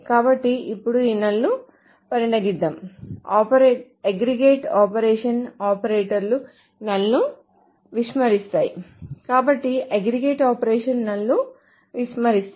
కాబట్టి ఇప్పుడు ఈ null ను పరిగణిద్దాం అగ్రిగేట్ ఆపరేషన్ ఆపరేటర్లు null ను విస్మరిస్తాయి కాబట్టి అగ్రిగేట్ ఆపరేషన్ null ను విస్మరిస్తాయి